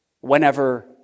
whenever